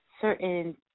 certain